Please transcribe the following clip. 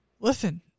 Listen